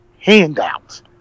Handouts